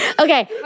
Okay